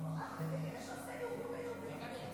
תקוף אותי רגע.